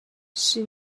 she